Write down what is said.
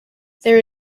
there